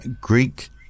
Greek